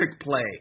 play